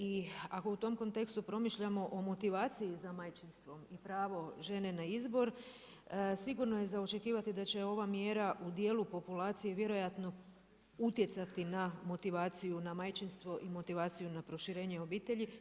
I ako u tom kontekstu promišljamo o motivaciji za majčinstvom i pravom žene na izbor sigurno je za očekivati da će ova mjera u dijelu populacije vjerojatno utjecati na motivaciju na majčinstvo i motivaciju na proširenje obitelji.